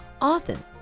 often